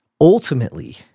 ultimately